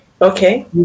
okay